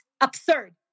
absurd